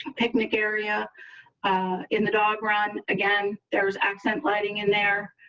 picnic area in the dog run again there's accent lighting in there.